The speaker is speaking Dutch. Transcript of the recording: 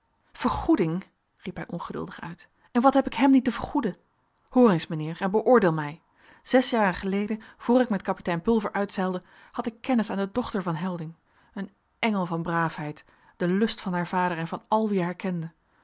vergoeding riep hij ongeduldig uit en wat heb ik hem niet te vergoeden hoor eens mijnheer en beoordeel mij zes jaren geleden voor ik met kapitein pulver uitzeilde had ik kennis aan de dochter van helding een engel van braafheid de lust van haar vader en van al wie